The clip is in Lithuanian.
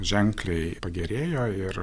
ženkliai pagerėjo ir